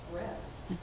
rest